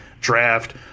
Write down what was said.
draft